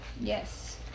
Yes